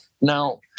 Now